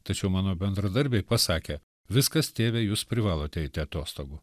tačiau mano bendradarbiai pasakė viskas tėve jūs privalote eiti atostogų